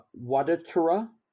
Wadatura